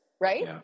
right